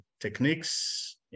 techniques